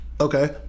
Okay